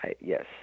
Yes